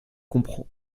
comprend